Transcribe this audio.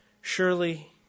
Surely